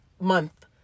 Month